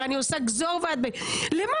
אני מקבלת עלי עכשיו ברצינות בחיל ורעדה את